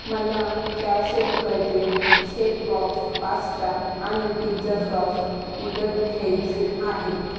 मला चारशे रुपयाचे शेपबॉक्स पास्ता आणि पिझ्झा सॉस विकत घ्यायचे आहेत